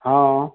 हँ